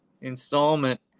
installment